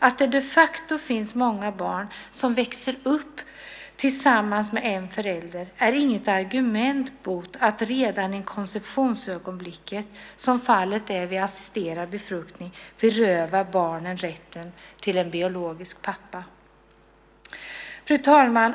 Att det de facto finns många barn som växer upp tillsammans med en förälder är inget argument för att redan i konceptionsögonblicket - som fallet är vid assisterad befruktning - beröva barn rätten till en biologisk pappa. Fru talman!